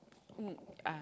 um uh